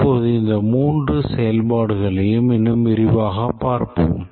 இப்போது இந்த மூன்று செயல்பாடுகளையும் இன்னும் விரிவாகப் பார்ப்போம்